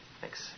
Thanks